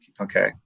okay